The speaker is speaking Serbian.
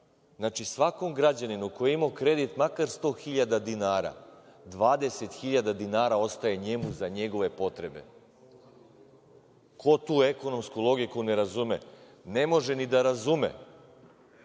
Znači, svakom građaninu koji je imao kredit, makar 100.000 dinara, 20.000 dinara ostaje njemu za njegove potrebe. Ko tu ekonomsku logiku ne razume, ne može ni da razume